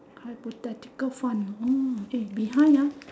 hypothetically fun oh eh behind ah